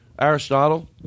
Aristotle